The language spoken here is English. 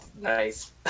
Nice